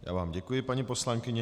Já vám děkuji, paní poslankyně.